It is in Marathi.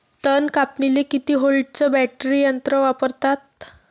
तन कापनीले किती व्होल्टचं बॅटरी यंत्र वापरतात?